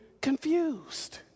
confused